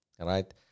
right